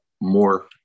more